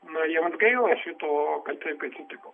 na jiems gaila šito kad taip atsitiko